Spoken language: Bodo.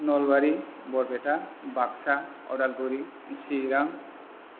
नलबारि बरपेटा बाक्सा उदालगुरि चिरां